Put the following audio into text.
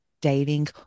dating